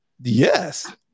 Yes